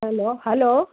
hello hello